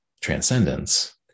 transcendence